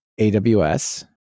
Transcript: AWS